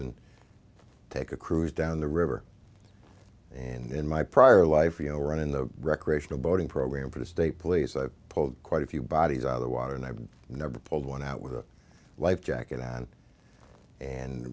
and take a cruise down the river and in my prior life or you know run in the recreational boating program for the state police i pulled quite a few bodies out of the water and i've never pulled one out with a life jacket on and